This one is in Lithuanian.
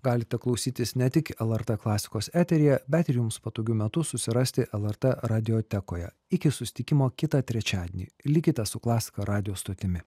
galite klausytis ne tik lrt klasikos eteryje bet ir jums patogiu metu susirasti lrt radiotekoje iki susitikimo kitą trečiadienį likite su klasika radijo stotimi